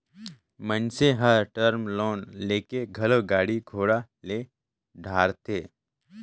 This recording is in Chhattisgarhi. मइनसे हर टर्म लोन लेके घलो गाड़ी घोड़ा ले डारथे